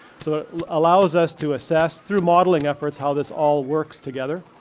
so allows us to assess through modeling efforts, how this all works together.